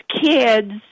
kids